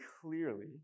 clearly